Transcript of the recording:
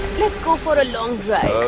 let's go for a long drive.